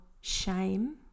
shame